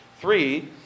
three